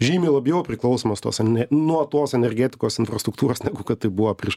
žymiai labiau priklausomas tos ar ne nuo tos energetikos infrastruktūros negu kad tai buvo prieš